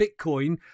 Bitcoin